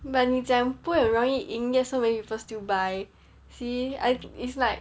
but 你讲不会很容易赢 yet so many people still buy see I it's like